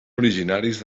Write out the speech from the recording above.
originaris